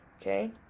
Okay